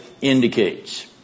indicates